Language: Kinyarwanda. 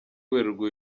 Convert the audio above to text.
werurwe